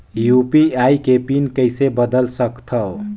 UPI के PIN कइसे बदल सकथव?